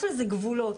יש לזה גבולות.